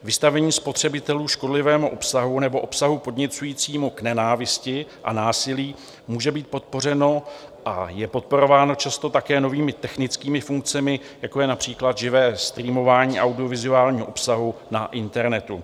Vystavení spotřebitelů škodlivému obsahu nebo obsahu podněcujícímu k nenávisti a násilí může být podpořeno a je podporováno často také novými technickými funkcemi, jako je například živé streamování audiovizuálního obsahu na internetu.